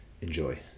Enjoy